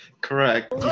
Correct